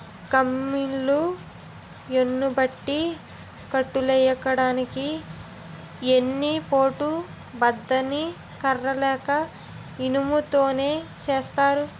కమ్మలిల్లు యెన్నుపట్టి కట్టులెయ్యడానికి ఎన్ని పోటు బద్ద ని కర్ర లేక ఇనుము తోని సేత్తారు